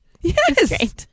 Yes